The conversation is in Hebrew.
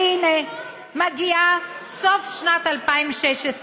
והנה מגיע סוף שנת 2016,